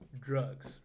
drugs